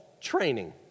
training